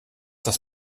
das